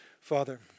Father